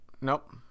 Nope